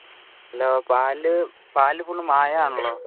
hello പാലില് പാലില് full മായമാണല്ലോ